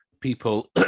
people